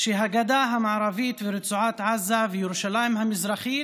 שהגדה המערבית ורצועת עזה וירושלים המזרחית